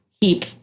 keep